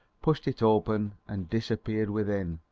pushed it open and disappeared within,